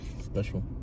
Special